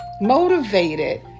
motivated